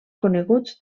coneguts